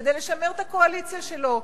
כדי לשמר את הקואליציה שלו.